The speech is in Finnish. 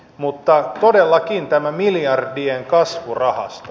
mutta todellakin tämä miljardien kasvurahasto